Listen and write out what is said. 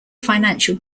financial